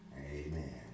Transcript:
amen